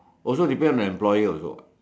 also depends on the employer also what